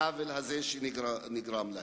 העוול הזה שנגרם להם.